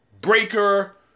Breaker